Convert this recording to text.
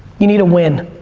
you need a win.